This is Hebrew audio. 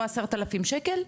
או 10 אלף שקל,